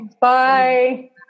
bye